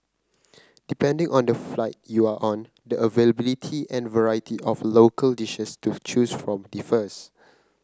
depending on the flight you are on the availability and variety of local dishes to choose from differs